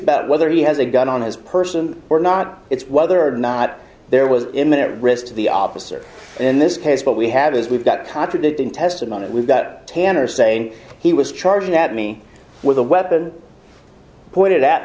about whether he has a gun on his person or not it's whether or not there was in that risk to the office or in this case but we have is we've got contradicting testimony with that tanner saying he was charging at me with a weapon pointed at